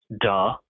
duh